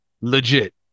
legit